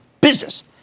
business